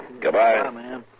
Goodbye